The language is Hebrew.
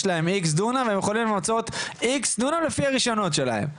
יש להם איקס דונם והם יכולים לייצר איקס דונם על פי הרישיונות שלהם.